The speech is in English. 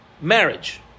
marriage